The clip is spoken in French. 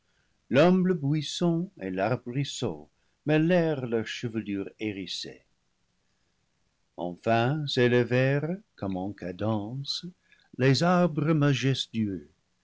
champ l'humble buisson et l'ar brisseau mêlèrent leur chevelure hérissée enfin s'élevèrent comme en cadence les arbres majestueux